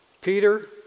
Peter